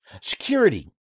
security